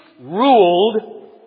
ruled